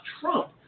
Trump